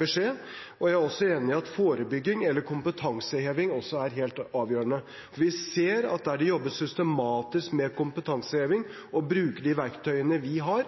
beskjed. Jeg er også enig i at forebygging eller kompetanseheving er helt avgjørende, for der det jobbes systematisk med kompetanseheving og de bruker de verktøyene vi har,